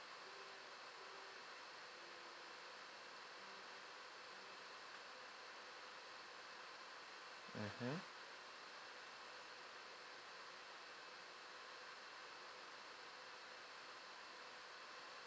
mmhmm